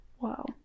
Wow